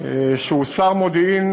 שר מודיעין